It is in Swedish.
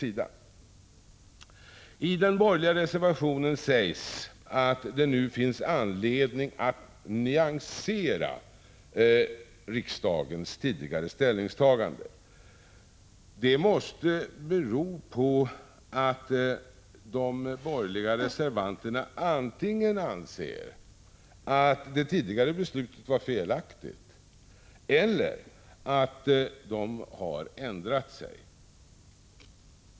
I den borgerliga reservationen sägs att det nu finns anledning att nyansera riksdagens tidigare ställningstagande. Detta måste bero på att de borgerliga reservanterna antingen anser att det tidigare beslutet var felaktigt eller att de har ändrat mening.